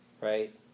right